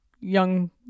young